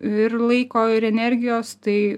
ir laiko ir energijos tai